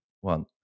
One